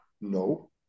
no